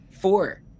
Four